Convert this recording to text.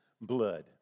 blood